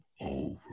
over